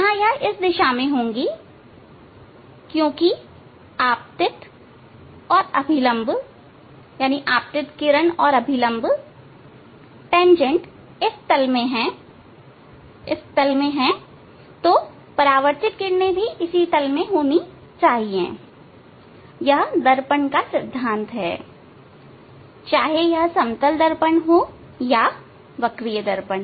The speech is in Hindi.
यहाँ पर यह इस दिशा में होगी क्योंकि आपतित औरअभिलंब तेंजेंट इस तल पर हैं तो परावर्तित किरणें भी इसी तल पर होनी चाहिएयह दर्पण का सिद्धांत है चाहे यह समतल दर्पण हो या वक्रीय दर्पण